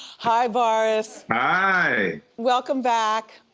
hi, boris. hi. welcome back.